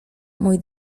mój